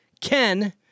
Ken